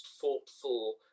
thoughtful